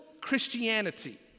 Christianity